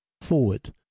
Forward